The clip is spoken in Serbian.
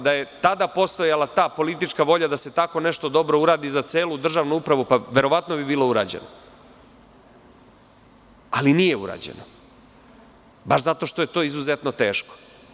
Da je tada postojala ta politička volja da se tako nešto dobro uradi za celu državnu upravu, verovatno bi bilo urađeno, ali nije urađeno baš zato što je to izuzetno teško.